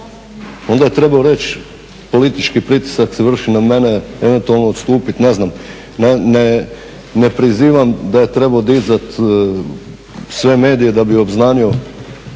onda je trebao reći politički pritisak se vrši na mene, eventualno odstupiti, ne znam. Ne prizivam da je trebao dizati sve medije da bi obznanio